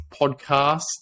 podcast